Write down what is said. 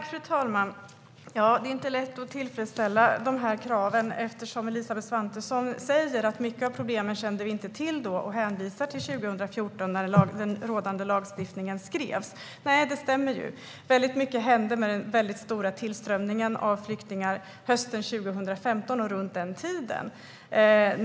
Fru talman! Det har inte varit lätt att tillfredsställa dessa krav, för precis som Elisabeth Svantesson säger kände vi inte till många av dessa problem när rådande lagstiftning skrevs 2014. Mycket hände ju i och med den stora tillströmningen av flyktingar hösten 2015 och däromkring.